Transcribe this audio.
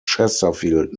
chesterfield